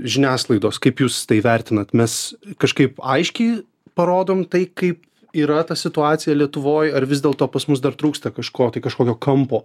žiniasklaidos kaip jūs tai vertinat mes kažkaip aiškiai parodom tai kaip yra ta situacija lietuvoj ar vis dėlto pas mus dar trūksta kažko tai kažkokio kampo